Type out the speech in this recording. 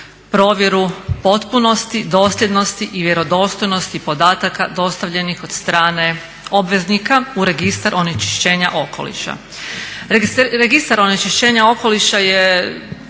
provjeru potpunosti, dosljednosti i vjerodostojnosti podataka dostavljenih od strane obveznika u registar onečišćenja okoliša.